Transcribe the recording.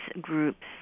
groups